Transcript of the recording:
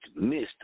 Mr